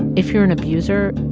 if you're an abuser,